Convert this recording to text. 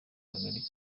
kagari